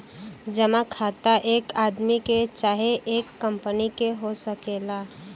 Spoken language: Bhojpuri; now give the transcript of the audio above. जमा खाता एक आदमी के चाहे एक कंपनी के हो सकेला